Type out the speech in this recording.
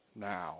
now